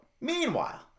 Meanwhile